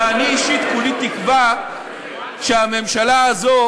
ואני אישית כולי תקווה שהממשלה הזאת